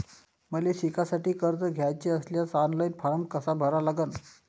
मले शिकासाठी कर्ज घ्याचे असल्यास ऑनलाईन फारम कसा भरा लागन?